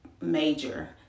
major